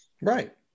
Right